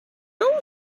all